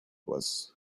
was